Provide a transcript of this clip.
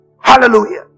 Hallelujah